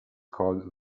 called